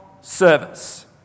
service